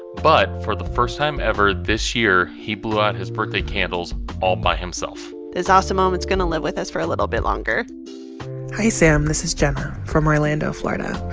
but for the first time ever, this year, he blew out his birthday candles all by himself this awesome moment's going to live with us for a little bit longer hi, sam. this is jenna from orlando, fla. and